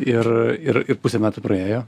ir ir ir pusė metų praėjo